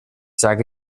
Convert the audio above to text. sage